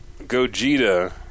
Gogeta